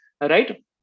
right